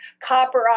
copper